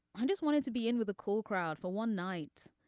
i just wanted to be in with a cool crowd for one night.